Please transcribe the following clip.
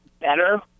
better